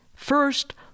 First